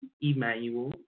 Emmanuel